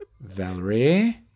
Valerie